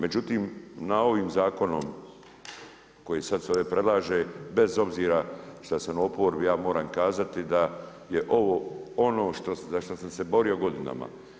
Međutim novim zakonom koji se sada ovdje predlaže bez obzira šta sam u oporbi ja moram kazati da je ovo ono za što sam se borio godinama.